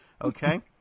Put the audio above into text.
okay